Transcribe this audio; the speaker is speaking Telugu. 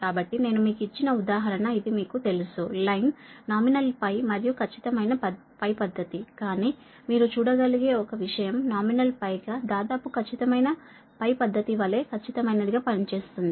కాబట్టి నేను మీకు ఇచ్చిన ఉదాహరణ ఇది మీకు తెలుసు లైన్ నామినల్ మరియు ఖచ్చితమైన పద్ధతి కాని మీరు చూడగలిగే ఒక విషయం నామినల్ గా దాదాపు ఖచ్చితమైన పద్ధతి వలె ఖచ్చితమైనదిగా పనిచేస్తుంది